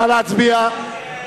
הצעת